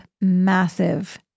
massive